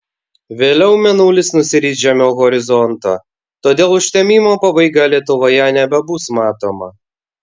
vėliau mėnulis nusiris žemiau horizonto todėl užtemimo pabaiga lietuvoje nebebus matoma